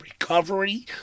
recovery